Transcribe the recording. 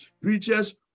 preachers